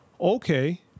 okay